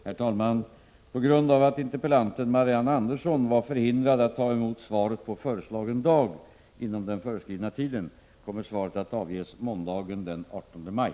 Herr talman! På grund av att interpellanten Marianne Andersson var förhindrad att ta emot svaret på föreslagen dag inom den föreskrivna tiden kommer svaret att avges måndagen den 18 maj.